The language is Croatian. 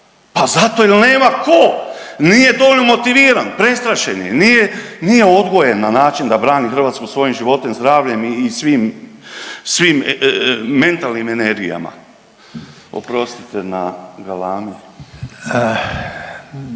Pa zato jel nema ko, nije dovoljno motiviran, prestrašen je, nije, nije odgojen na način da brani Hrvatsku svojim životom i zdravljem i svim, svim mentalnim energijama. Oprostite na galami.